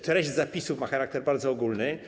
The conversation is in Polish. Treść zapisu ma charakter bardzo ogólny.